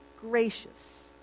gracious